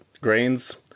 Grains